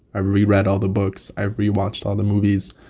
i reread all the books. i've rewatched all the movies.